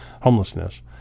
homelessness